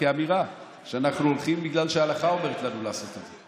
כאמירה שאנחנו הולכים בגלל שההלכה אומרת לנו לעשות את זה.